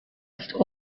ist